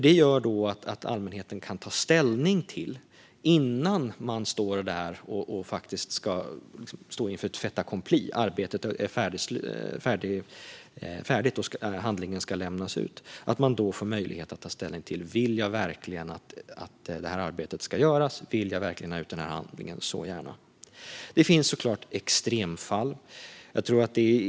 Det gör att allmänheten - innan man står inför ett fait accompli, arbetet är färdigt och handlingen ska lämnas ut - får möjlighet att ta ställning till om man verkligen vill att detta arbete ska göras och om man verkligen vill ha ut denna handling. Det finns såklart extremfall.